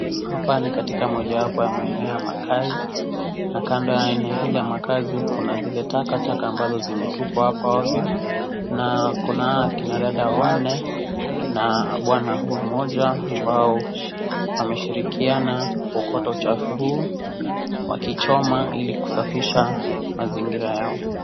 Hapa ni kati ya mojawapo ya maeneo ya makazi, na kando ya eneo hili ya makazi kuna zile takataka ambazo zimetupwa hapo na kuna wanadada wanne na bwana mmoja ambao wanashirikiana kuokota uchafu huu wakichioma hili kusafisha mazingira yao.